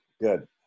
good